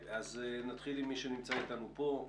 נתחיל עם מי שנמצא אתנו פה,